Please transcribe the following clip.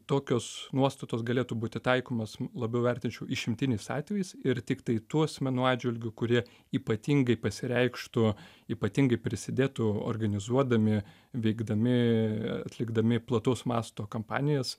tokios nuostatos galėtų būti taikomos labiau vertinčiau išimtiniais atvejais ir tiktai tų asmenų atžvilgiu kurie ypatingai pasireikštų ypatingai prisidėtų organizuodami veikdami atlikdami plataus masto kampanijas